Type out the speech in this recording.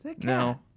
No